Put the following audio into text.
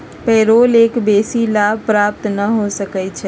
payroll कर बेशी लाभ प्राप्त न हो सकै छइ